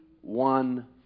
one